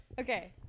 okay